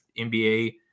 NBA